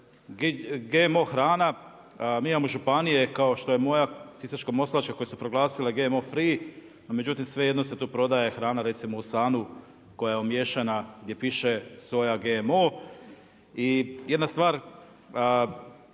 GMO hrana. Mi imamo županije kao što je moja Sisačko-moslavačka koju su proglasile GMO free međutim svejedno se tu prodaje hrana recimo u Sanu koja je umiješana gdje piše soja GMO. I jedna stvar